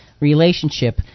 relationship